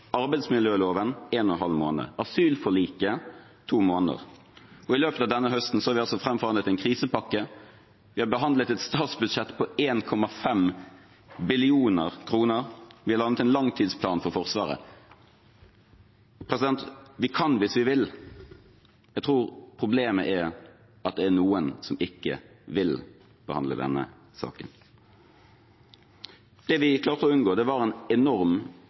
arbeidsmiljøloven en og en halv måned, asylforliket to måneder. I løpet av denne høsten har vi fremforhandlet en krisepakke. Vi har behandlet et statsbudsjett på 1,5 billioner kr. Vi har landet en langtidsplan for Forsvaret. Vi kan hvis vi vil. Jeg tror problemet er at det er noen som ikke vil behandle denne saken. Det vi klarte å unngå, var en enorm